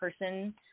person